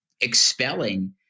expelling